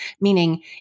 Meaning